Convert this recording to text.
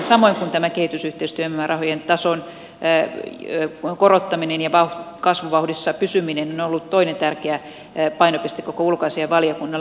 samoin kehitysyhteistyömäärärahojen tason korottaminen ja kasvuvauhdissa pysyminen on ollut toinen tärkeä painopiste koko ulkoasiainvaliokunnalla